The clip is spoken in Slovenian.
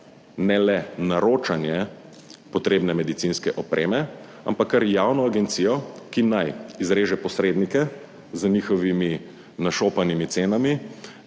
ne le naročanje potrebne medicinske opreme, ampak kar javno agencijo, ki naj izreže posrednike z njihovimi našopanimi cenami